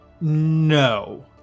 no